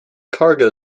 cargo